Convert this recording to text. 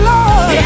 Lord